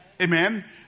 amen